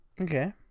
okay